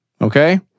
okay